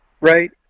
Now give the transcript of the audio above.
Right